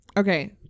Okay